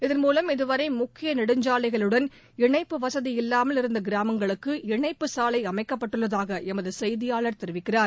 இதன்மூலம் இதுவரை முக்கிய நெடுஞ்சாலைகளுடன் இணைப்பு வசதி இல்லாமல் இருந்த கிராமங்களுக்கு இணைப்பு சாலை அமைக்கப்பட்டுள்ளதாக எமது செய்தியாளர் தெரிவிக்கிறார்